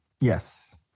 Yes